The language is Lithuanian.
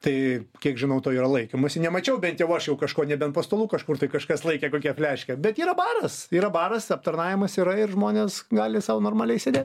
tai kiek žinau to yra laikomasi nemačiau bent jau aš jau kažko nebent po stalu kažkur tai kažkas laikė kokią fleškę bet yra baras yra baras aptarnavimas yra ir žmonės gali sau normaliai sėdėt